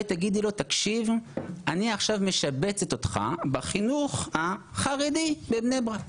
תגידי לו שאת עכשיו משבצת אותו בחינוך החרדי בבני ברק.